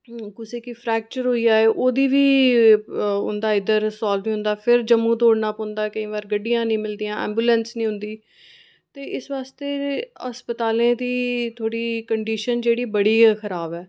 कुसै गी फ्रैक्चर होई जाए ओह्दी बी उंदा इद्धर साल्व नीं होंदा जम्मू दौड़ना पौंदा केईं बार गड्डियां नीं मिलदी एम्बूलैंस नीं होंदी ते इस वास्तै अस्पतालें दी थोह्ड़ी कंडीशन जेह्डी बड़ी गै खराब ऐ